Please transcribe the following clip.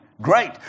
Great